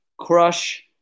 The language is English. crush